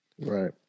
right